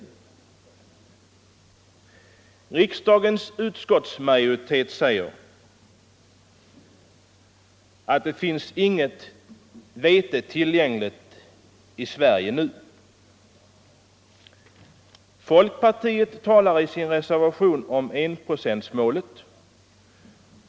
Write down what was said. Majoriteten i riksdagens utrikesutskott säger att det finns inget vete tillgängligt i Sverige nu. Folkpartiet talar i sin reservation om enprocentsmålet.